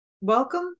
Welcome